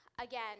Again